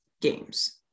games